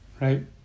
right